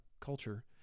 culture